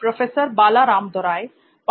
professor नमस्कार